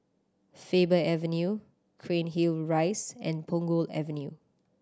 Faber Avenue Cairnhill Rise and Punggol Avenue